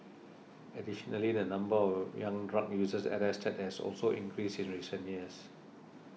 additionally the number of young drug users arrested has also increased in recent years